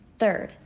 Third